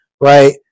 Right